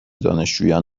دانشجویان